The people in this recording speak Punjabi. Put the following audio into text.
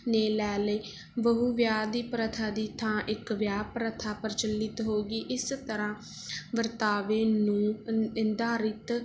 ਨੇ ਲੈ ਲਈ ਬਹੁ ਵਿਆਹ ਦੀ ਪ੍ਰਥਾ ਦੀ ਥਾਂ ਇੱਕ ਵਿਆਹ ਪ੍ਰਥਾ ਪ੍ਰਚਲਿਤ ਹੋ ਗਈ ਇਸ ਤਰ੍ਹਾਂ ਵਰਤਾਵੇ ਨੂੰ ਅੰ ਆਧਾਰਿਤ